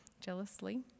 jealously